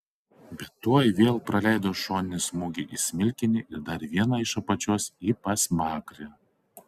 bet tuoj vėl praleido šoninį smūgį į smilkinį ir dar vieną iš apačios į pasmakrę